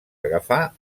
agafar